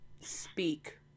speak